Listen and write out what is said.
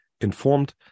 informed